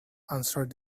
answered